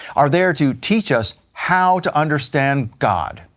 are there to teach us how to understand god,